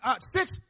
six